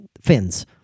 fins